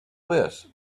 this